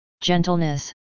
gentleness